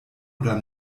oder